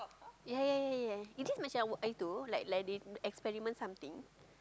ya ya ya ya ya it just much like what I do like like they experiment something